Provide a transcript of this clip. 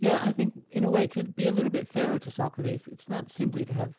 yeah, i think in a way to be a little bit fair to socrates it's not simply to have